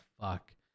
fuck